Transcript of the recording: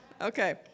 Okay